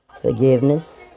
forgiveness